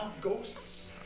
ghosts